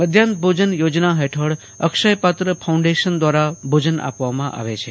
મધ્યાફન ભોજન યોજના ફેઠળ અક્ષયપાત્ર ફાઉન્દ્ડેશન દ્વારા ભોજન આપવામાં આવે છે